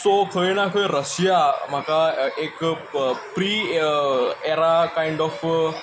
so खंय ना खंय रशिया म्हाका एक प्री एरा कायंड ऑफ